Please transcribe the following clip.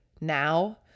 now